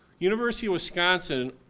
university of wisconsin,